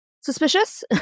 suspicious